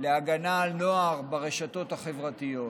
להגנה על נוער ברשתות החברתיות,